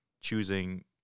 choosing